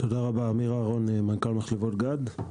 עמיר אהרון, מנכ"ל מחלבות גד.